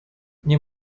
nie